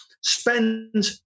Spend